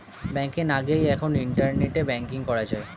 ব্যাংকে না গিয়েই এখন ইন্টারনেটে ব্যাঙ্কিং করা যায়